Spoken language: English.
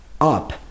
up